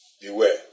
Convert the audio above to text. beware